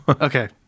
Okay